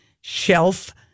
shelf